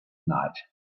night